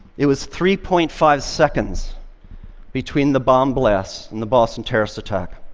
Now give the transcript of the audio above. it was three point five seconds between the bomb blasts in the boston terrorist attack.